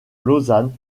lausanne